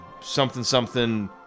something-something